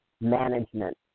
management